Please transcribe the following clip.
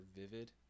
vivid